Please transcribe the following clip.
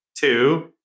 Two